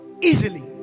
easily